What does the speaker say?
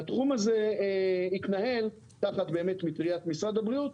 והתחום הזה התנהל תחת מטריית משרד הבריאות,